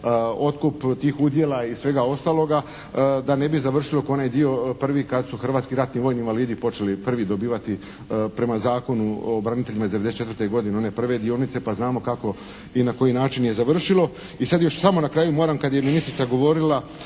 otkup tih udjela i svega ostaloga da ne bi završilo kao onaj dio prvi kad su hrvatski ratni vojni invalidi počeli prvi dobivati prema Zakonu o braniteljima iz '94. godine one prve dionice, pa znamo kako i na koji način je završilo. I sad još samo na kraju moram, kad je ministrica govorila